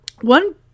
one